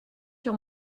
sur